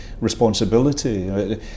responsibility